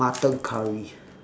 mutton curry